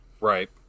Right